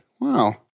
Wow